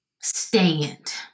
stand